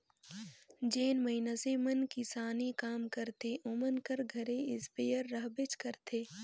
जेन मइनसे मन किसानी काम करथे ओमन कर घरे इस्पेयर रहबेच करथे